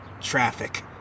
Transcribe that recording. traffic